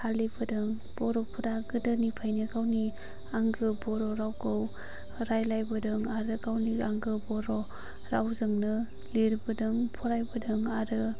फालिबोदों बर'फ्रा गोदोनिफ्रायनो गावनि आंगो बर' रावखौ रायलायबोदो आरो गावनि आंगो बर' रावजोंनो लिरबोदों फरायबोदों आरो